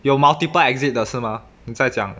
有 multiple exit 的是吗你在讲